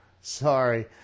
Sorry